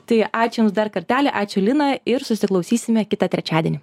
tai ačiū jums dar kartelį ačiū lina ir susiklausysime kitą trečiadienį